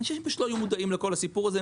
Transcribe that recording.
אני חושב שהם פשוט לא היו מודעים לכל הסיפור הזה,